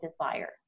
Desire